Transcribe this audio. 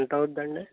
ఎంత అవుద్దండి